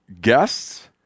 guests